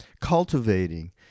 cultivating